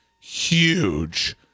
huge